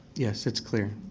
yes, it's clear.